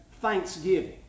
thanksgiving